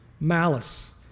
Malice